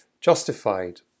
justified